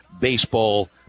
baseball